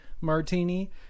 martini